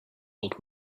old